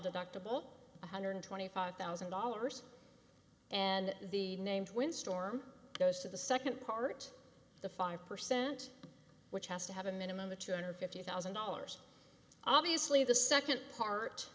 deductible one hundred twenty five thousand dollars and the named wind storm goes to the second part of the five percent which has to have a minimum of two hundred fifty thousand dollars obviously the second part